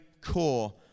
core